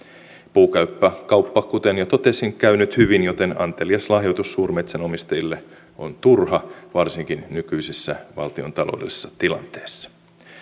puukauppa kuten jo totesin käy nyt hyvin joten antelias lahjoitus suurmetsänomistajille on turha varsinkin nykyisessä valtiontaloudellisessa tilanteessa